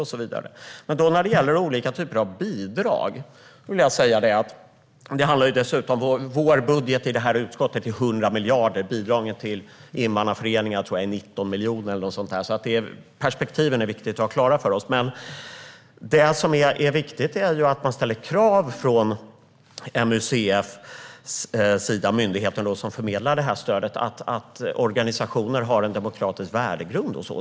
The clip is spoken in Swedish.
Vår budget i det här utskottet är 100 miljarder, medan bidragen till invandrarföreningar uppgår till 19 miljoner eller något sådant. Det är alltså viktigt att vi har perspektiven klara för oss. Det som är viktigt är att MUCF, Myndigheten för ungdoms och civilsamhällesfrågor, som förmedlar det här stödet ställer krav på att organisationer har en demokratisk värdegrund.